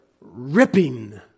ripping